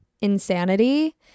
insanity